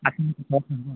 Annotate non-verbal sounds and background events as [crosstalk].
[unintelligible]